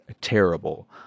terrible